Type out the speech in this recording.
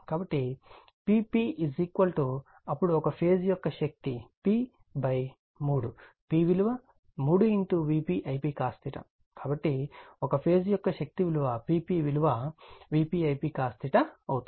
కాబట్టి Pp అప్పుడు ఒక ఫేజ్ యొక్క శక్తి p 3 p విలువ 3 Vp Ip cos కాబట్టి ఒక ఫేజ్ యొక్క శక్తి Pp విలువ Vp Ip cos అవుతుంది